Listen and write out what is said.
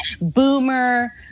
boomer